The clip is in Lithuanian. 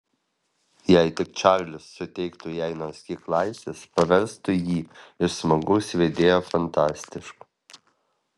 jei tik čarlis suteiktų jai nors kiek laisvės paverstų jį iš smagaus vedėjo fantastišku